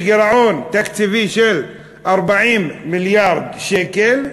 בגירעון תקציבי של 40 מיליארד שקל.